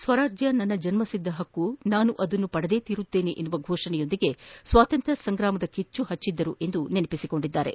ಸ್ವರಾಜ್ಯ ನನ್ನ ಜನ್ಮ ಸಿದ್ಧ ಹಕ್ಕು ನಾನು ಅದನ್ನು ಪಡೆದೇ ತೀರುತ್ತೇನೆ ಎನ್ನುವ ಘೋಷಣೆಯೊಂದಿಗೆ ಸ್ವಾತಂತ್ರ್ಯ ಸಂಗ್ರಾಮದ ಕಿಚ್ಚು ಹಚ್ಚಿದ್ದರು ಎಂದು ನೆನಪಿಸಿಕೊಂಡಿದ್ದಾರೆ